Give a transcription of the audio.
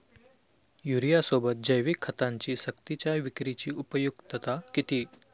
युरियासोबत जैविक खतांची सक्तीच्या विक्रीची उपयुक्तता किती?